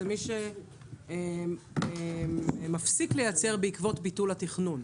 זה מי שמפסיק לייצר בעקבות ביטול התכנון.